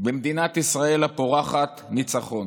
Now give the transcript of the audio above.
במדינת ישראל הפורחת ניצחון.